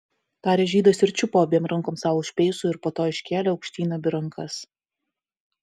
tarė žydas ir čiupo abiem rankom sau už peisų ir po to iškėlė aukštyn abi rankas